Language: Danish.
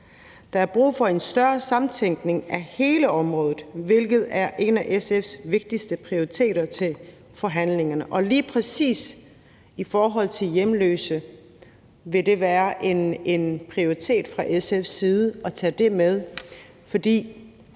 Der er brug for en større samtænkning af hele området, hvilket er en af SF's vigtigste prioriteter til forhandlingerne, og lige præcis i forhold til hjemløse vil det være en prioritet fra SF's side at tage det med.